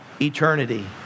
eternity